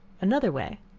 another way.